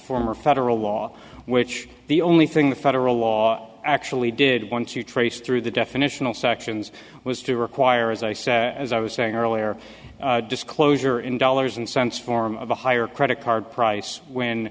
former federal law which the only thing the federal law actually did want to trace through the definitional sections was to require as i say as i was saying earlier disclosure in dollars and cents form of a higher credit card price when